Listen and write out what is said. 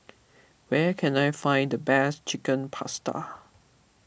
where can I find the best Chicken Pasta